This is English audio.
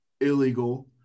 illegal